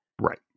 Right